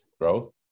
growth